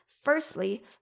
firstly